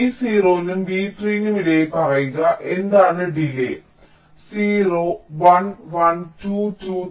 V0 നും v3 നും ഇടയിൽ പറയുക എന്താണ് ഡിലേയ്യ് 0 1 1 2 2 3